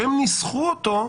שהם ניסחו אותו,